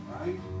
right